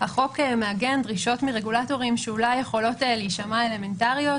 החוק מעגן דרישות מרגולטורים שאולי יכולות להישמע אלמנטריות,